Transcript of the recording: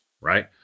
right